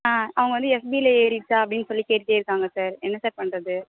ஆ அவங்க வந்து எஸ்பிஐயில் ஏறிடுச்சா அப்படின்னு சொல்லி கேட்டுட்டே இருக்காங்க சார் என்ன சார் பண்ணுறது